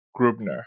Grubner